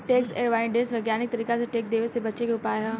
tax avoidance वैज्ञानिक तरीका से टैक्स देवे से बचे के उपाय ह